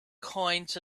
coins